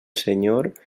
senyor